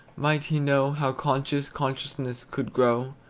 might he know how conscious consciousness could grow,